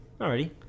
Alrighty